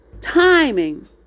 timing